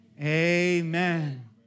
amen